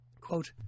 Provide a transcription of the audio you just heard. Quote